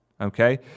okay